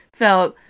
felt